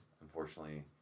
unfortunately